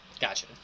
Gotcha